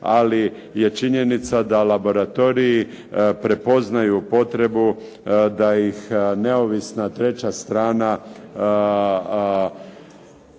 ali je činjenica da laboratoriji prepoznaju potrebu da ih neovisna treća strana